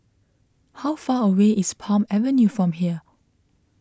how far away is Palm Avenue from here